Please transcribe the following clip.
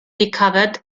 recovered